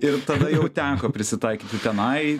ir tada jau teko prisitaikyti tenai